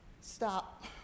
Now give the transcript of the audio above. stop